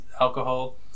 alcohol